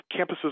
campuses